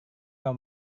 kau